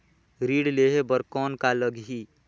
ऋण लेहे बर कौन का लगही?